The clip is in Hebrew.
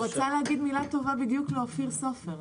הוא רצה להגיד מילה טובה לאופיר סופר.